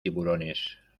tiburones